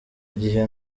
gihe